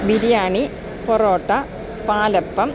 biryani parotta palappam